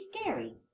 scary